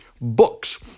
Books